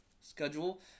schedule